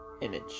image